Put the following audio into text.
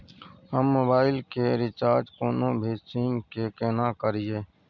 हम मोबाइल के रिचार्ज कोनो भी सीम के केना करिए?